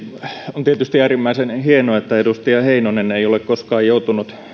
on tietysti äärimmäisen hienoa että edustaja heinonen ei ole koskaan joutunut